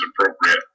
appropriate